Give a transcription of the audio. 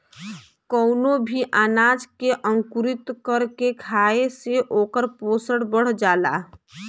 कवनो भी अनाज के अंकुरित कर के खाए से ओकर पोषण बढ़ जाला